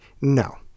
No